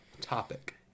topic